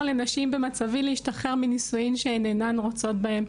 לנשים במצבי להשתחרר מנישואים שהן אינן רוצות בהם.